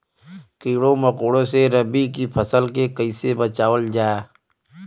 कीड़ों मकोड़ों से रबी की फसल के कइसे बचावल जा?